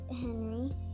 Henry